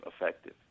effective